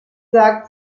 sagt